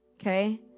okay